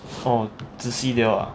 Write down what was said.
方子慈:fong zi ci they all ah